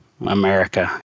America